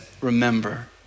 remember